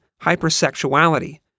hypersexuality